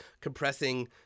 compressing